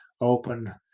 open